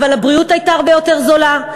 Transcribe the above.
אבל הבריאות הייתה הרבה יותר זולה,